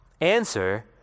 Answer